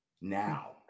now